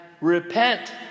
repent